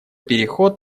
переход